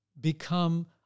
become